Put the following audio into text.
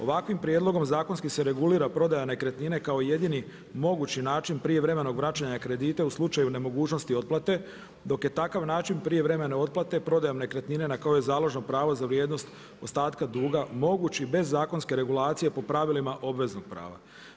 Ovakvim prijedlogom zakonski se regulira prodaja nekretnine kao jedini mogući način prijevremenog vraćanja kredita u slučaju nemogućnosti otplate dok je dok je takav način prijevremene otplate prodajom nekretnine na koju je založno pravo za vrijednost ostatka moguć i bez zakonske regulacije po pravilima obveznog prava.